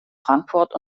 frankfurt